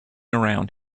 around